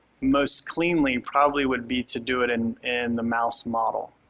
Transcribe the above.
most cleanly probably would be to do it in and the mouse model